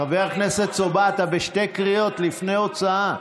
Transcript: חבר הכנסת סובה, אתה בשתי קריאות, לפני הוצאה.